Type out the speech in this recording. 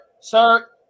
sir